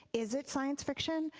is it science fiction?